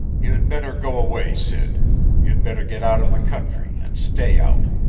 you'd better go away, sid you'd better get out of the country and stay out!